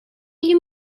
you